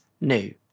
new